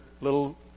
little